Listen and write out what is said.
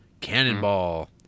Cannonball